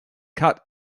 cut